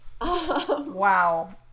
Wow